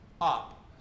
up